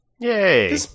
Yay